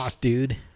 dude